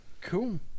Cool